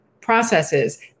processes